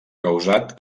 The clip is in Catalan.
causat